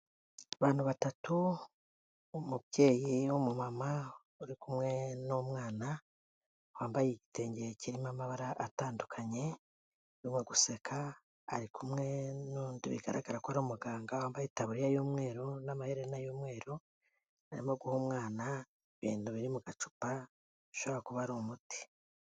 Abantu batatu, umubyeyi w'umumama uri kumwe n'umwana, wambaye igitenge kirimo amabara atandukanye, urimo guseka, ari kumwe n'undi bigaragara ko ari umuganga wambaye itaburiya y'umweru n'amaherena y'umweru, arimo guha umwana ibintu biri mu gacupa bishobora kuba ari umuti.